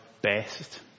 best